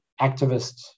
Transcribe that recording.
activists